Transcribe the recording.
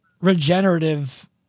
regenerative